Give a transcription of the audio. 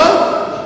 מה?